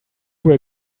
were